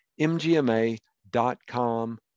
mgma.com